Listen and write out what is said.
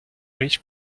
riche